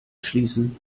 schließen